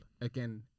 again